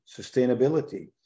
sustainability